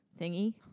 thingy